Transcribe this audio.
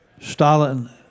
Stalin